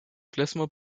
classement